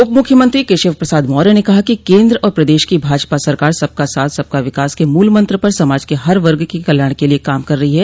उप मुख्यमंत्री केशव प्रसाद मौर्य ने कहा है कि केन्द्र और प्रदेश की भाजपा सरकार सबका साथ सबका विकास के मूल मंत्र पर समाज के हर वर्ग के कल्याण के लिए काम कर रही है